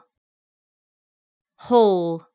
whole